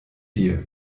dir